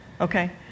okay